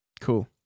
Cool